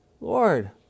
Lord